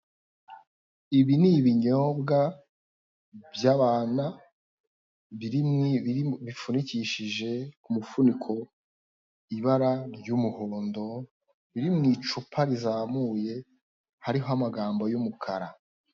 Ibi ni ibi nyobwa by'abana bifunikishije umufuniko, ibara ry'umuhondo biri mu icupa rizamuye, harihoamagambo y'umukara.